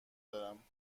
دارم